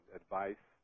advice